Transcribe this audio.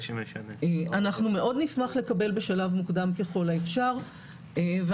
אנחנו מאוד נשמח לקבל בשלב מוקדם ככל האפשר ואנחנו